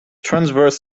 transverse